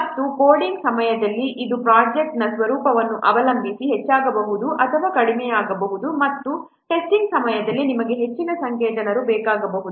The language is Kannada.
ಮತ್ತು ಮತ್ತೆ ಕೋಡಿಂಗ್ ಸಮಯದಲ್ಲಿ ಇದು ಪ್ರೊಜೆಕ್ಟ್ನ ಸ್ವರೂಪವನ್ನು ಅವಲಂಬಿಸಿ ಹೆಚ್ಚಾಗಬಹುದು ಅಥವಾ ಕಡಿಮೆಯಾಗಬಹುದು ಮತ್ತು ಮತ್ತೊಮ್ಮೆ ಟೆಸ್ಟಿಂಗ್ ಸಮಯದಲ್ಲಿ ನಿಮಗೆ ಹೆಚ್ಚಿನ ಸಂಖ್ಯೆಯ ಜನರು ಬೇಕಾಗಬಹುದು